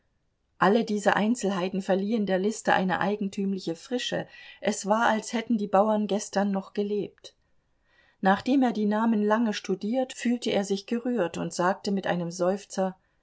alle diese einzelheiten verliehen der liste eine eigentümliche frische es war als hätten die bauern gestern noch gelebt nachdem er die namen lange studiert fühlte er sich gerührt und sagte mit einem seufzer